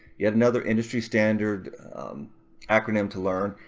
yet another industry standard acronym to learn.